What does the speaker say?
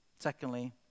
Secondly